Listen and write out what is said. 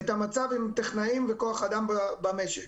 מה המצב של הטכנאים וכוח-האדם במשק,